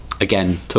Again